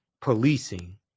policing